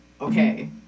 okay